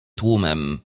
tłumem